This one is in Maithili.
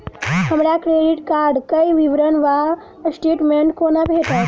हमरा क्रेडिट कार्ड केँ विवरण वा स्टेटमेंट कोना भेटत?